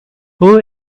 who